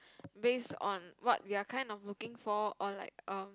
based on what we are kind of looking for or like um